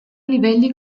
livelli